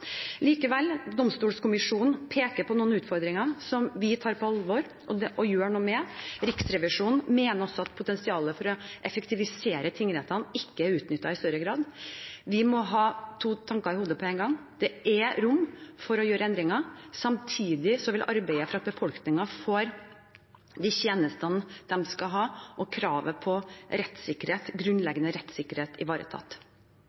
Likevel: Domstolkommisjonen peker på noen utfordringer som vi tar på alvor og gjør noe med. Riksrevisjonen mener også at potensialet for å effektivisere tingrettene ikke er utnyttet i større grad. Vi må ha to tanker i hodet på en gang – det er rom for å gjøre for endringer, og samtidig vil arbeidet for at befolkningen får de tjenestene de skal ha, og kravet til grunnleggende rettssikkerhet